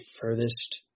furthest